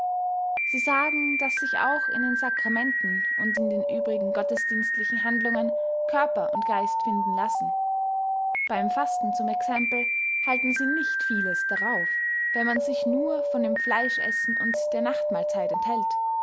sie sagen daß sich auch in den sacramenten und in den übrigen gottesdienstlichen handlungen körper und geist finden lassen beym fasten zum exempel halten sie nicht vieles darauf wenn man sich nur von dem fleischessen und der nachtmahlzeit enthält